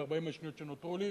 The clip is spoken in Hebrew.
ב-40 השניות שנותרו לי,